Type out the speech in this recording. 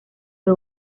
fue